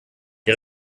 der